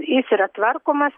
jis yra tvarkomas